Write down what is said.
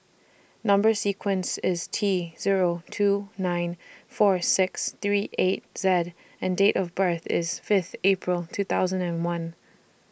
Number sequence IS T Zero two nine four six three eight Z and Date of birth IS Fifth April two thousand and one